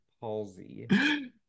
palsy